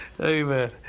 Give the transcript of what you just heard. Amen